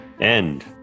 end